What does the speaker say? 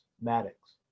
Maddox